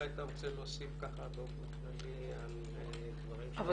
אולי אתה רוצה להוסיף באופן כללי על דברים שעשינו -- רגע,